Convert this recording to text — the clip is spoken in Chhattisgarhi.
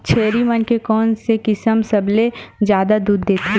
छेरी मन के कोन से किसम सबले जादा दूध देथे?